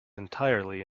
entirely